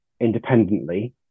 independently